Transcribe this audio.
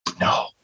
No